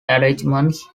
arrangements